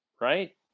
right